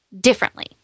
differently